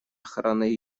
охраной